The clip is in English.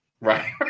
Right